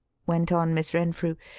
went on miss renfrew,